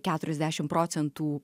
keturiasdešim procentų